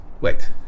Wait